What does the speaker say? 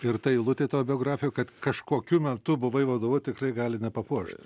ir ta eilutė tavo biografijoj kad kažkokiu metu buvai vadovu tikrai gali nepapuošt